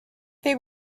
there